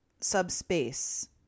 subspace